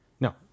No